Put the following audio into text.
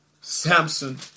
Samson